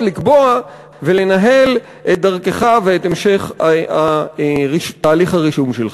לקבוע ולנהל את דרכך ואת המשך תהליך הרישום שלך.